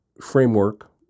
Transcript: framework